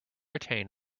attain